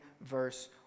verse